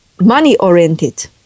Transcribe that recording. money-oriented